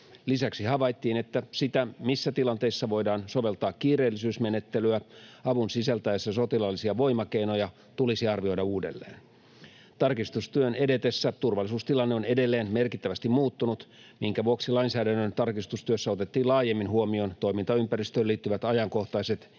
Lisäksi havaittiin, että sitä, missä tilanteissa voidaan soveltaa kiireellisyysmenettelyä avun sisältäessä sotilaallisia voimakeinoja, tulisi arvioida uudelleen. Tarkistustyön edetessä turvallisuustilanne on edelleen merkittävästi muuttunut, minkä vuoksi lainsäädännön tarkistustyössä otettiin laajemmin huomioon toimintaympäristöön liittyvät ajankohtaiset ja